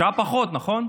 שעה פחות, נכון?